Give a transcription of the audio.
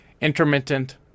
intermittent